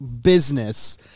business